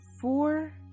four